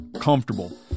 comfortable